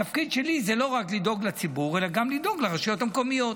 התפקיד שלי זה לא רק לדאוג לציבור אלא גם לדאוג לרשויות המקומיות.